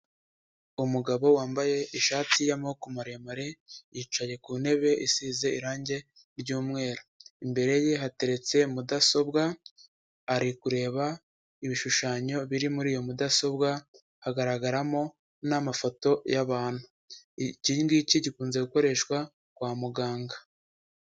Umugabo wambaye ishati y'amaboko maremare yicaye ku ntebe isize irangi ry'umweru, imbere ye hateretse mudasobwa, ari kureba ibishushanyo biri muri iyo mudasobwa hagaragaramo n'amafoto y'abantu, ikingiki gikunze gukoreshwa kwa muganga.